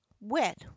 wet